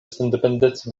sendependeco